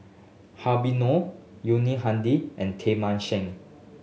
Habib Noh Yuni Hadi and Teng Mah Seng